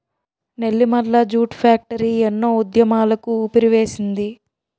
Nellimarla jute factory ఎన్నో ఉద్యమాలకు ఊపిరివేసింది